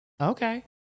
Okay